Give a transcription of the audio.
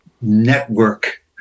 network